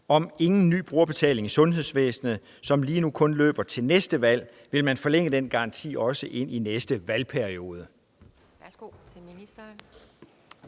om ingen ny brugerbetaling i sundhedsvæsenet, som lige nu kun løber til næste valg, ind i den næste valgperiode?